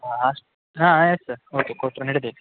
ಮಾಡ್ಸಿ ಹಾಂ ಆಯ್ತು ಸರ್ ಓಕೆ ಕೊಟ್ಟರು ನಡಿತೈತಿ